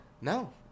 No